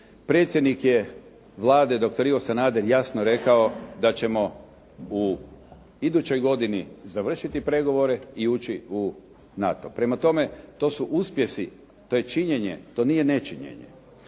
predsjednik je Vlade, doktor Ivo Sanader jasno rekao da ćemo u idućoj godini završiti pregovore i ući u NATO, prema tome to su uspjesi, to je činjenje, to nije nečinjenje.